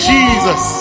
Jesus